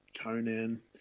Conan